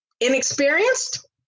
inexperienced